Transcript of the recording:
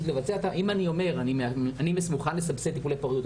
אם אני אומר שאני מוכן לסבסד טיפולי פוריות,